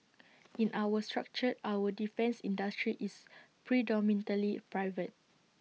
in our structure our defence industry is predominantly private